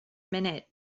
minute